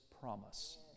promise